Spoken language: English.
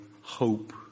hope